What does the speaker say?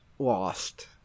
lost